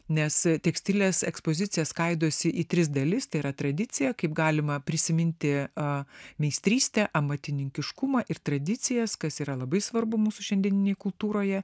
nes tekstilės ekspozicija skaidosi į tris dalis tai yra tradicija kaip galima prisiminti meistrystę amatininkiškumą ir tradicijas kas yra labai svarbu mūsų šiandieninėje kultūroje